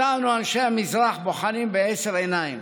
אותנו, אנשי המזרח, בוחנים בעשר עיניים,